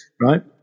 Right